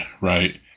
right